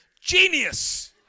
genius